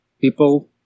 people